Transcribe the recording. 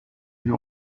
die